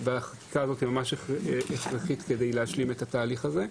והחקיקה הזאת ממש הכרחית כדי להשלים את התהליך הזה.